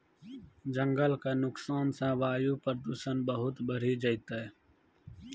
जंगल के नुकसान सॅ वायु प्रदूषण बहुत बढ़ी जैतै